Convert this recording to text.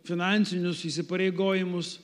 finansinius įsipareigojimus